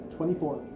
Twenty-four